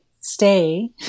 stay